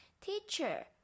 teacher